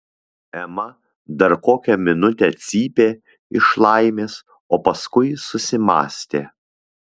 ema dar kokią minutę cypė iš laimės o paskui susimąstė